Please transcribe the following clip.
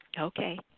Okay